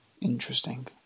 Interesting